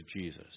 Jesus